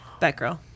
Batgirl